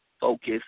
focus